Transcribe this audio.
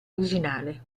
originale